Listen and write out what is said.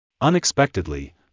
Unexpectedly